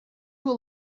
who